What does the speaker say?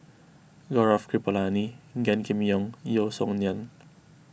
Gaurav Kripalani Gan Kim Yong Yeo Song Nian